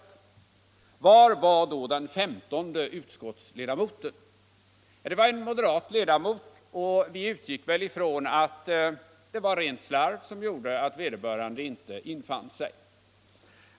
Men var fanns då den femtonde utskottsledamoten? Det var en moderat ledamot, och vi utgick väl från att det var rent slarv som gjorde att han inte hade infunnit sig.